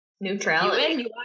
neutrality